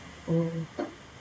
oh